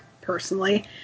personally